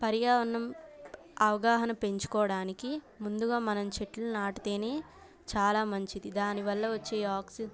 పర్యావరణం అవగాహన పెంచుకోవడానికి ముందుగా మనం చెట్లను నాటితేనే చాలా మంచిది దానివల్ల వచ్చే ఆక్సి